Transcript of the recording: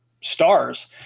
stars